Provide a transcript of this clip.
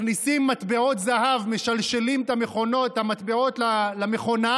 מכניסים מטבעות זהב, משלשלים את המטבעות למכונה